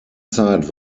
zeit